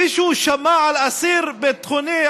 מישהו שמע על אסיר ביטחוני,